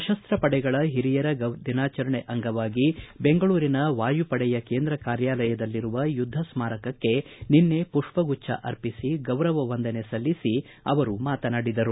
ಸಶಸ್ತ ಪಡೆಗಳ ಹಿರಿಯರ ದಿನಾಚರಣೆ ಅಂಗವಾಗಿ ಬೆಂಗಳೂರಿನ ವಾಯುಪಡೆಯ ಕೇಂದ್ರ ಕಾರ್ಯಾಲಯದಲ್ಲಿರುವ ಯುದ್ದ ಸ್ನಾರಕಕ್ಕೆ ನಿನ್ನೆ ಪುಷ್ಪಗುಚ್ದ ಅರ್ಪಿಸಿ ಗೌರವ ವಂದನೆ ಸಲ್ಲಿಸಿ ಅವರು ಮಾತನಾಡಿದರು